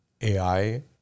AI